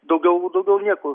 daugiau daugiau nieko